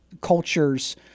cultures